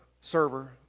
server